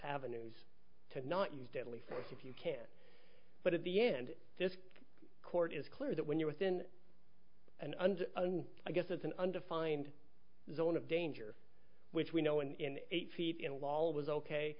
avenues to not use deadly force if you can but at the end this court is clear that when you're within and under and i guess it's an undefined zone of danger which we know in eight feet in law was ok